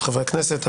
את חברי הכנסת.